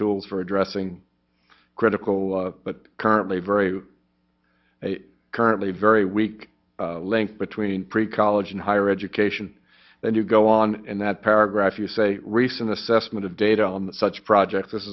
tools for addressing critical but currently very a currently very weak link between pre college and higher education then you go on in that paragraph you say recent assessment of data on such projects this